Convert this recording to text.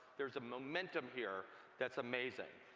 there's a momentum here that's amazing.